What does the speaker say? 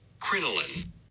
Crinoline